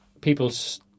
people's